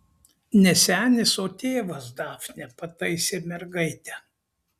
ne senis o tėvas dafne pataisė mergaitę